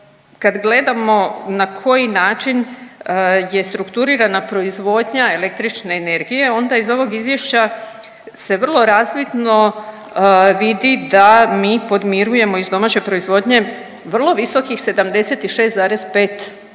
kad gledamo na koji način je strukturirana proizvodnja električne energije, onda se iz ovog izvješća se vrlo razvidno vidi da mi podmirujemo iz domaće proizvodnje vrlo visokih 76,5%